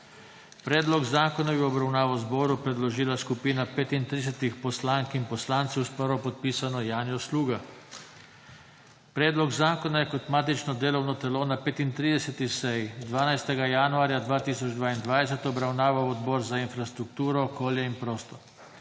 Predlog zakona je v obravnavo zboru predložila skupina 39 poslank in poslancev s prvopodpisano Natašo Sukič. Predlog zakona je kot matično delovno telo na 1. nadaljevanju 35. seje 19. januarja 2022 obravnaval Odbor za infrastrukturo, okolje in prostor.